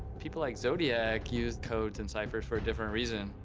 people like zodiac use codes and ciphers for a different reason.